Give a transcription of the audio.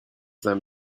than